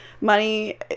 money